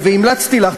והמלצתי לך,